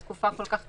זה כלול,